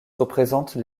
représentent